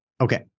Okay